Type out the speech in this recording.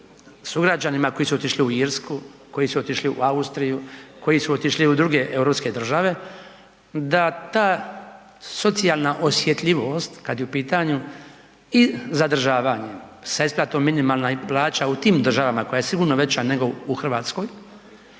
sugrađanima koji su otišli u Irsku, koji su otišli u Austriju, koji su otišli u druge europske države, da ta socijalna osjetljivost kad je u pitanju i zadržavanje sa isplatom i minimalna plaća u tim državama koja je sigurno veća nego u Hrvatskoj,